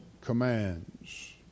commands